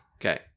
Okay